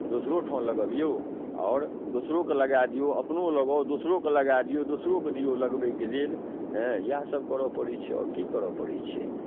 दोसरोठाम लगाबिओ आओर दोसरोके लगा दिऔ अपनो लगाउ दोसरोके लगा दिऔ दोसरोके दिऔ लगबैके लेल हेँ इएहसब करऽ पड़ै छै आओर कि करऽ पड़ै छै